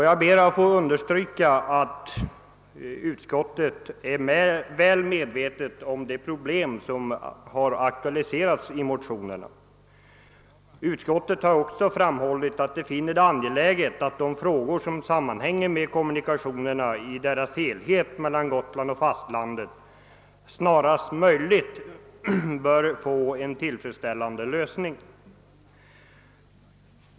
Jag ber att få understryka att utskottet är väl medvetet om de problem som har aktualiserats i de motioner som ligger bakom denna reservation. Utskottet har också framhållit att det »finner det angeläget att de frågor som sammanhänger med kommunikationerna i deras helhet mellan Gotland och fastlandet snarast möjligt får en tillfredsställande lösning».